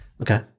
Okay